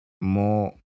more